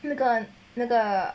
那个那个